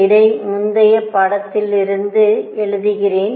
இடை முந்தைய பாடத்திலிருந்து எழுதுகிறேன்